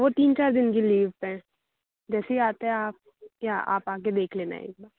वो तीन चार दिन लीव पर हैं जैसे ही आते हैं आप या आप आ कर देख लेना एक बार